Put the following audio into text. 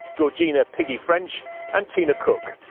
georgina piggy french and tina cook.